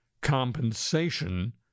compensation